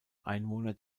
einwohner